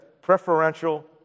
preferential